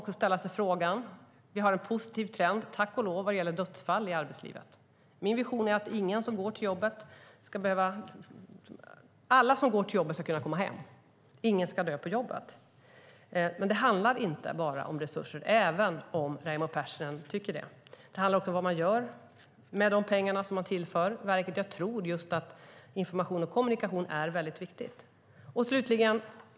Det råder en positiv trend - tack och lov - vad gäller dödsfall i arbetslivet. Min vision är att alla som går till jobbet ska komma hem. Ingen ska dö på jobbet. Men det handlar inte bara om resurser, även om Raimo Pärssinen tycker så. Det handlar också om vad man gör med de pengar som tillförs. Jag tror att information och kommunikation är viktigt.